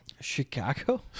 Chicago